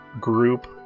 group